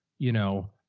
you know,